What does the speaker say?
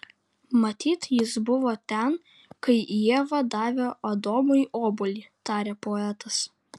matyt jis buvo ten kai ieva davė adomui obuolį tarė poetas